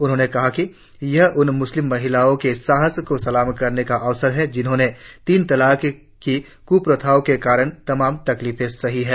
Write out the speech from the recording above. उन्होंने कहा कि यह उन मुस्लिम महिलाओं के साहस को सलाम करने का अवसर है जिन्होंने तीन तलाक की कुप्रथा के कारण तमाम तकलीफे सही हैं